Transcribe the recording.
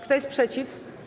Kto jest przeciw?